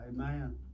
Amen